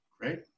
Great